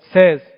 says